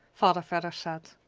father vedder said.